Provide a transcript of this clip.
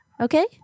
okay